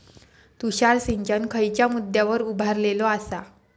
तुषार सिंचन खयच्या मुद्द्यांवर उभारलेलो आसा?